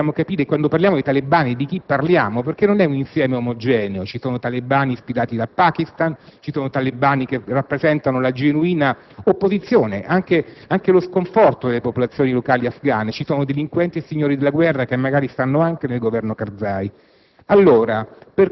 negoziale. Dobbiamo capire, quando parliamo di talebani, che non si tratta di un insieme omogeneo: ci sono talebani ispirati dal Pakistan, talebani che rappresentano la genuina opposizione e anche lo sconforto delle popolazioni locali afghane. Vi sono anche delinquenti e signori della guerra che magari fanno parte del Governo Karzai.